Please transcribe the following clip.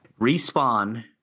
Respawn